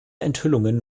enthüllungen